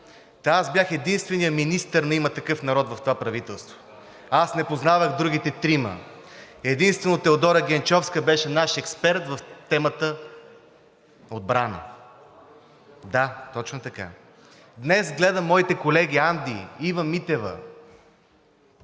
Та, аз бях единственият министър на „Има такъв народ“ в това правителство, аз не познавах другите трима. Единствено Теодора Генчовска беше наш експерт в темата „Отбрана“. Да, точно така. Днес гледам моите колеги Анди, Ива Митева,